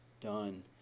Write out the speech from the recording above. done